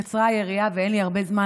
קצרה היריעה ואין לי הרבה זמן,